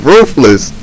Ruthless